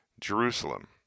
Jerusalem